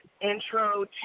intro